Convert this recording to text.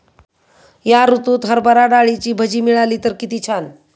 या ऋतूत हरभरा डाळीची भजी मिळाली तर कित्ती छान